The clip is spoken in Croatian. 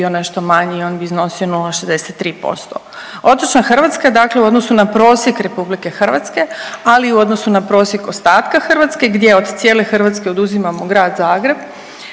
nešto manji, on bi iznosio 0,63%. Otočna Hrvatska, dakle u odnosu na prosjek RH, ali i u odnosu na prosjek ostatka Hrvatske gdje od cijele Hrvatske oduzimamo Grad Zagreb